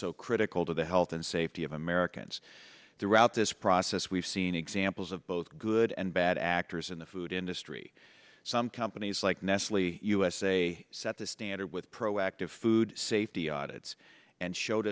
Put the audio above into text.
so critical to the health and safety of americans throughout this process we've seen examples of both good and bad actors in the food industry some companies like nestle usa set the standard with proactive food safety audits and showed